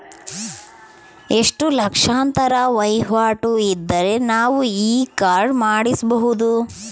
ಎಷ್ಟು ಲಕ್ಷಾಂತರ ವಹಿವಾಟು ಇದ್ದರೆ ನಾವು ಈ ಕಾರ್ಡ್ ಮಾಡಿಸಬಹುದು?